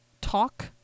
talk